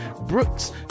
Brooks